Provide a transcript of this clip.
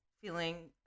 feeling